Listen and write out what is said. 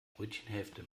brötchenhälfte